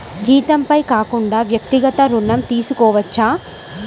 జీతంపై కాకుండా వ్యక్తిగత ఋణం తీసుకోవచ్చా?